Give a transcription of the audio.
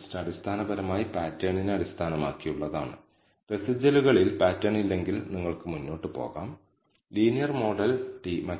ശതമാനം ആയി തിരഞ്ഞെടുത്താൽ നമ്മൾ ഒരു വൺ സൈഡ് ടെസ്റ്റ് നടത്തുന്നു തുടർന്ന് എഫ് ഡിസ്ട്രിബ്യൂഷനിൽ നിന്ന് 1 n 2 ഡിഗ്രി ഫ്രീഡവും 5 ശതമാനം സിഗ്നിഫിക്കൻസ് ലെവലും ഉള്ള ഉയർന്ന നിർണായക മൂല്യം നമ്മൾ തിരഞ്ഞെടുക്കുന്നു